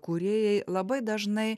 kūrėjai labai dažnai